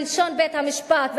בלשון בית-המשפט,